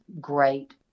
great